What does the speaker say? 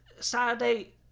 Saturday